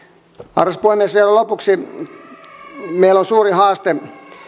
arvoisa puhemies vielä lopuksi meillä on suuri haaste